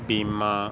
ਬੀਮਾ